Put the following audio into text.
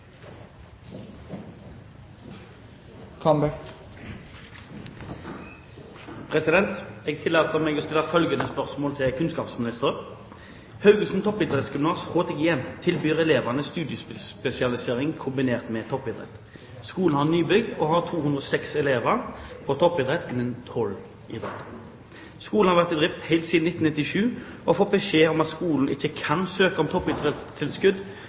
til kunnskapsministeren: «Haugesund Toppidrettsgymnas, HTG, tilbyr elevene studiespesialisering kombinert med toppidrett. Skolen har nybygg og har 206 elever på toppidrett innen tolv idretter. Skolen har vært i drift siden 1997, og har fått beskjed om at skolen ikke kan søke om